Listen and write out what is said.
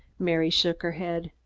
mary shook her head.